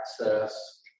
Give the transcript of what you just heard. access